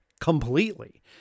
completely